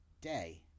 day